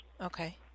Okay